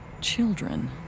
children